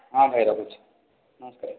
ହଁ ଭାଇ ରଖୁଛି ନମସ୍କାର